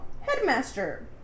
Headmaster